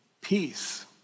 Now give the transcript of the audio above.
peace